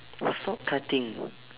stop cutting